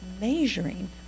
measuring